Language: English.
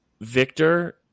Victor